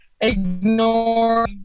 ignore